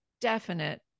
definite